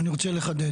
אני רוצה לחדד.